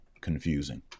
confusing